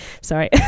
Sorry